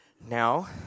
now